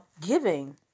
giving